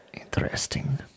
Interesting